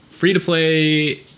Free-to-play